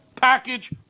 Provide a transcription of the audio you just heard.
Package